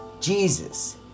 Jesus